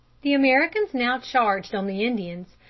the americans now charged on the indians,